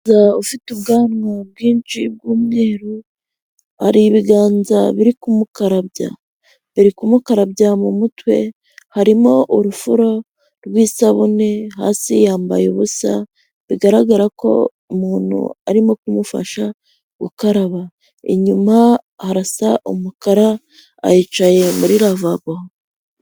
Umusaza ufite ubwanwa bwinshi bw'umweru, hari ibiganza biri kumukarabya, biri kumukarabya mu mutwe, harimo urufuro rw'isabune, hasi yambaye ubusa, bigaragara ko umuntu arimo kumufasha gukaraba, inyuma harasa umukara ahicaye muri ravabo.